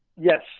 Yes